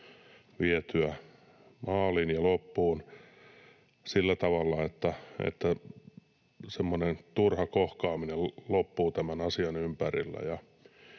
vietyä maaliin ja loppuun sillä tavalla, että semmoinen turha kohkaaminen loppuu tämän asian ympärillä.